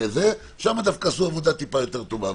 שם דווקא עשו עבודה טיפה יותר טובה.